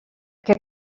que